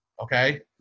Okay